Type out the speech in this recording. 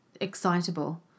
excitable